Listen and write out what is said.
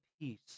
peace